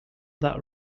that